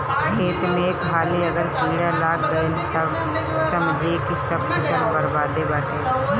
खेत में एक हाली अगर कीड़ा लाग गईल तअ समझअ की सब फसल बरबादे बाटे